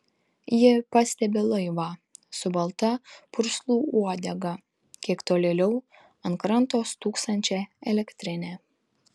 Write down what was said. ji pastebi laivą su balta purslų uodega kiek tolėliau ant kranto stūksančią elektrinę